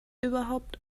überhaupt